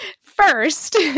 first